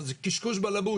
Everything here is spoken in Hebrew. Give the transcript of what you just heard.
אבל זה קשקוש בלבוש,